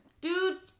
Dude